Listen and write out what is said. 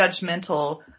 judgmental